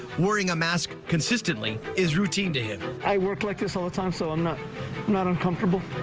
wearing a masks consistent like is routine. i work like this all the time. so i'm not not uncomfortable.